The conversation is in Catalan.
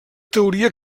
teoria